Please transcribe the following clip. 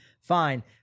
fine